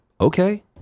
okay